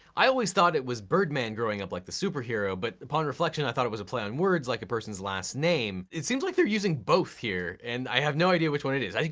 i always thought it was bird-man growing up like the superhero, but, upon reflection, i thought it was a play on words like a person's last name. it seems like they're using both here, and i have no idea which one it is.